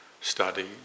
study